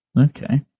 Okay